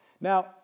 Now